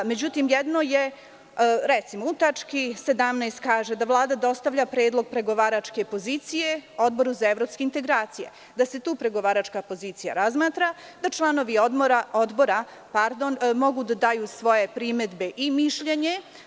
Međutim, recimo, u tački 17. kaže – da Vlada dostavlja predlog pregovaračke pozicije Odboru za evropske integracije, da se tu pregovaračka pozicija razmatra, da članovi Odbora mogu da daju svoje primedbe i mišljenje.